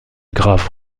graphe